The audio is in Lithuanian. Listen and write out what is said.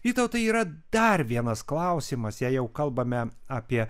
vytautai yra dar vienas klausimas jei jau kalbame apie